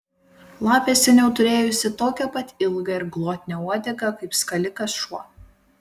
lapė seniau turėjusi tokią pat ilgą ir glotnią uodegą kaip skalikas šuo